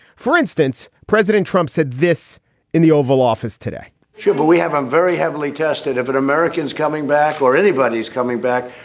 for instance, president trump said this in the oval office today should but we have a very heavily tested if an americans coming back or anybody's coming back?